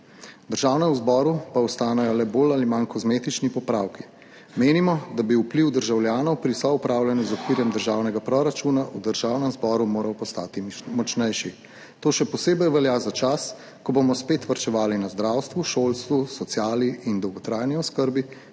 Državnemu zboru pa ostanejo le bolj ali manj kozmetični popravki. Menimo, da bi vpliv državljanov pri soupravljanju z okvirjem državnega proračuna v Državnem zboru moral postati močnejši. To še posebej velja za čas, ko bomo spet varčevali na zdravstvu, šolstvu, sociali in dolgotrajni oskrbi, ne